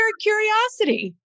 curiosity